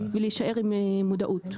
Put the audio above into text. ולהישאר עם מודעות.